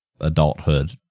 adulthood